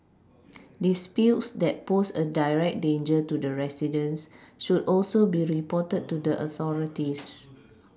disputes that pose a direct danger to the residents should also be reported to the authorities